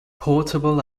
portable